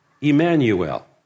Emmanuel